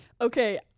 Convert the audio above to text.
okay